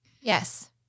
Yes